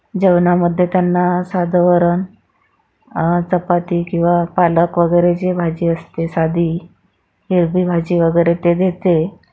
जेवणामध्ये त्यांना साधं वरण चपाती किंवा पालक वगैरे जे भाजी असते साधी हिरवी भाजी वगैरे ते देते